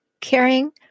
caring